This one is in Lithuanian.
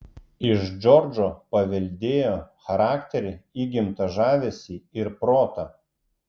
iš džordžo paveldėjo charakterį įgimtą žavesį ir protą